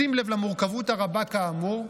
בשים לב למורכבות הרבה, כאמור,